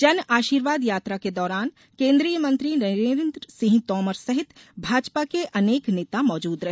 जन आषीर्वाद यात्रा के दौरान केंद्रीय मंत्री नरेंद्र सिंह तोमर सहित भाजपा के अनेक नेता मौजूद रहे